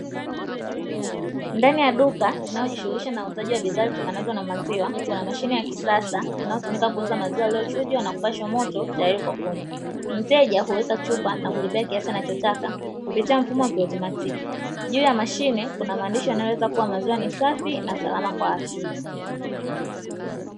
Ndani ya duka inayojishughulisha na uuzaji wa bidhaa zitokanazo na maziwa, kuna mashine ya kisasa inayotumika kuuza maziwa waliochujwa na kupashwa moto tayari kwa kunywa, Mteja huweka chupa na kulipa kiasi anachotaka kupitia mfumo wa kiotomatiki, juu ya mashine kuna maandishi yanayoweza kuwa maziwa ni safi na salama kwa watu.